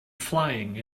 flying